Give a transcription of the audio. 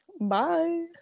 bye